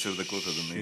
עשר דקות, אדוני.